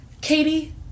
Katie